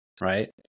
right